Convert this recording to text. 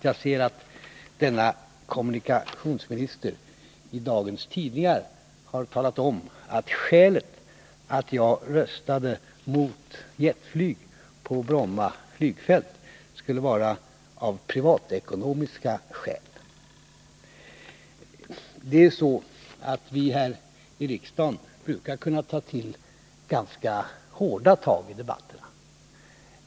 Jag ser att denne kommunikationsminister i dagens tidningar har talat om att skälet till att jag röstade mot jetflyg på Bromma flygfält skulle vara av privatekonomisk natur. Det brukar kunna bli ganska hårda tag i debatterna här i riksdagen.